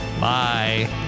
Bye